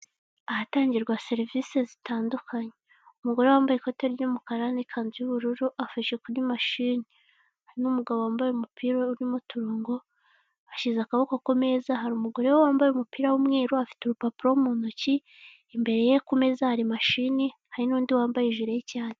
Ahatangirwa serivisi zitandukanye umugore wambaye ikoti ry'umukara n'ikanzu y'ubururu afashe kuri mashini, n'umugabo wambaye umupira urimo uturongo washyize akaboko ku meza hari umugore we wambaye umupira w'umweru, afite urupapuro mu ntoki imbere ye ku meza hari mashini hari n'undi wambaye jire cy'icyatsi